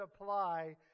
apply